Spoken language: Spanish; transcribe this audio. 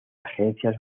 agencias